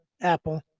Apple